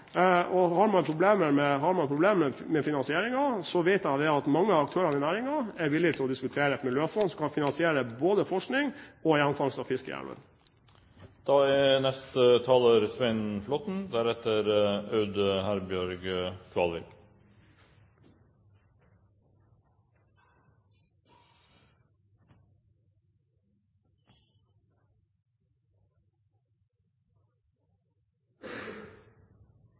Har man problemer med finansieringen, vet jeg at mange av aktørene i næringen er villig til å diskutere et miljøfond som kan finansiere både forskning og gjenfangst av